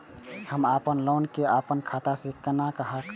हम अपन लोन के अपन खाता से केना कटायब?